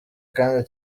kandi